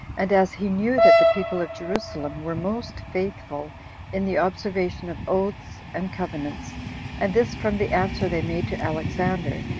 and as he knew that the people of jerusalem were most faithful in the observation of oaths and covenants and this from the answer they made to alexander,